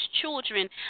children